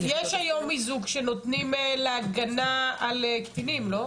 יש היום איזוק שנותנים להגנה על קטינים, לא?